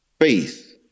Faith